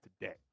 today